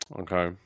Okay